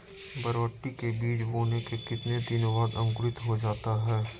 बरबटी के बीज बोने के कितने दिन बाद अंकुरित हो जाता है?